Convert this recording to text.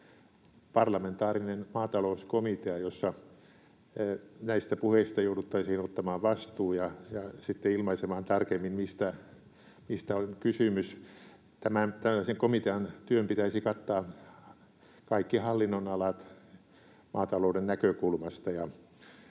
parlamentaarinen maatalouskomitea, jossa näistä puheista jouduttaisiin ottamaan vastuu ja sitten ilmaisemaan tarkemmin, mistä on kysymys. Tällaisen komitean työn pitäisi kattaa kaikki hallinnonalat maatalouden näkökulmasta.